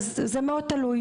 אז זה מאוד תלוי,